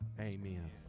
Amen